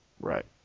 Right